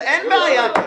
אין בעיה.